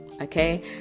okay